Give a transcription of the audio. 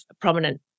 prominent